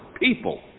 people